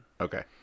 Okay